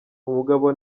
umugabo